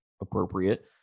appropriate